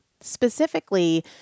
Specifically